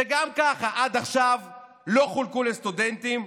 שגם ככה עד עכשיו לא חולקו לסטודנטים.